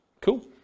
Cool